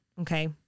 okay